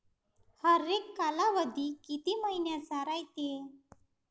हरेक कालावधी किती मइन्याचा रायते?